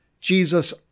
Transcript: Jesus